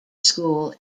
school